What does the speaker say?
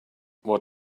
what